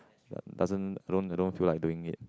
doesn't I don't I don't feel like doing it